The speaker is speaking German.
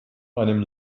einem